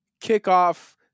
kickoff